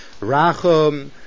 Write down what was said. Rachum